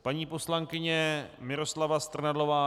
Paní poslankyně Miroslava Strnadlová.